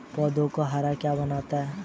पौधों को हरा क्या बनाता है?